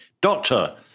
doctor